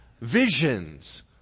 visions